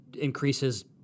increases